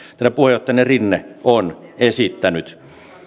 teidän puheenjohtajanne rinne on esittänyt